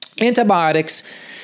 antibiotics